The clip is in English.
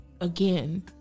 Again